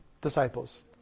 disciples